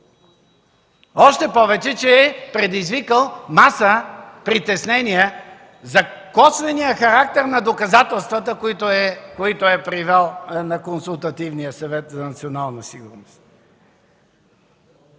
още повече че е предизвикал маса притеснения за косвения характер на доказателствата, които е привел на Консултативния съвет за национална сигурност.